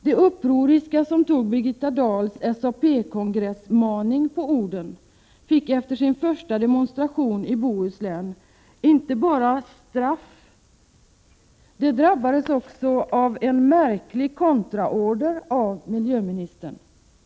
De upproriska som tog Birgitta Dahls SAP-kongressmaning på orden fick efter sin första demonstration i Bohuslän inte bara straff, utan de drabbades också av en märklig kontraorder av miljöministern.